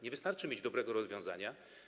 Nie wystarczy mieć dobre rozwiązanie.